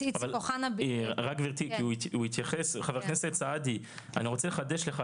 חבר הכנסת סעדי, אני רוצה לחדש לך.